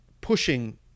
pushing